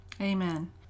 Amen